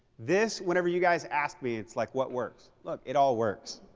this, whenever you guys ask me, it's like, what works? look, it all works.